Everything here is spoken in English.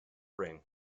ring